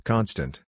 Constant